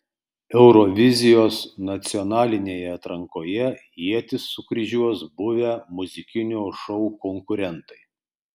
eurovizijos nacionalinėje atrankoje ietis sukryžiuos buvę muzikinio šou konkurentai